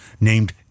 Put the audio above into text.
named